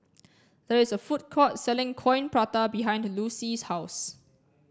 there is a food court selling coin prata behind Lucy's house